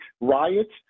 riots